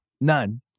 none